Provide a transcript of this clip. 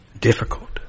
difficult